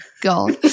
God